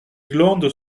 glandes